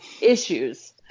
issues